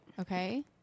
Okay